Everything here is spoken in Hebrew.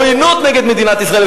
עוינות נגד מדינת ישראל,